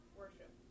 worship